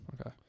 Okay